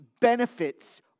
benefits